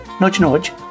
Nudge-nudge